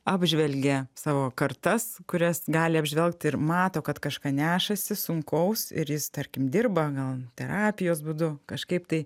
apžvelgia savo kartas kurias gali apžvelgti ir mato kad kažką nešasi sunkaus ir jis tarkim dirba gal terapijos būdu kažkaip tai